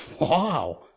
wow